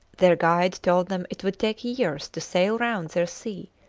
their guide told them it would take years to sail round their sea,